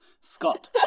scott